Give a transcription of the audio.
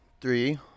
Three